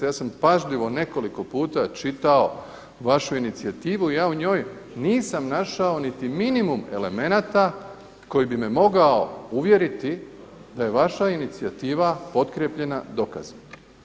Ja sam pažljivo nekoliko puta čitao vašu inicijativu i ja u njoj nisam našao niti minimum elemenata koji bi me mogao uvjeriti da je vaša inicijativa potkrijepljena dokazima.